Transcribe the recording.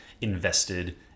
invested